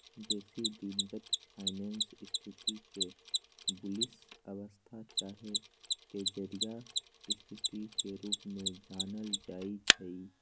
बेशी दिनगत फाइनेंस स्थिति के बुलिश अवस्था चाहे तेजड़िया स्थिति के रूप में जानल जाइ छइ